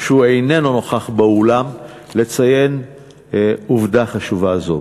אף שהוא איננו נוכח באולם, לציין עובדה חשובה זו.